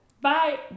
Bye